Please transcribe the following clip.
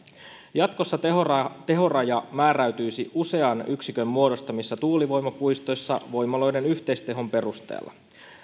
jatkossa tehoraja tehoraja määräytyisi usean yksikön muodostamissa tuulivoimapuistoissa voimaloiden yhteistehon perusteella